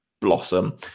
blossom